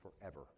forever